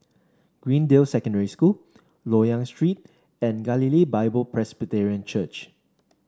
Greendale Secondary School Loyang Street and Galilee Bible Presbyterian Church